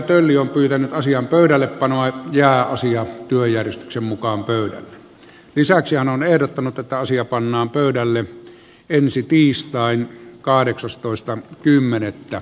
keskustelussa on yhden asian pöydälle panoa ja asiat työjärjestyksen mukaan pöydälle lisäksi tapani tölli ehdottanut että asia pannaan pöydälle ensi tiistaina kahdeksastoista kymmenettä